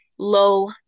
low